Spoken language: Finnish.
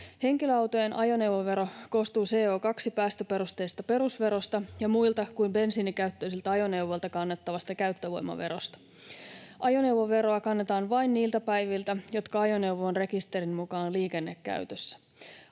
Henkilöautojen ajoneuvovero koostuu CO2-päästöperusteisesta perusverosta ja muilta kuin bensiinikäyttöisiltä ajoneuvoilta kannettavasta käyttövoimaverosta. Ajoneuvoveroa kannetaan vain niiltä päiviltä, jotka ajoneuvo on rekisterin mukaan liikennekäytössä.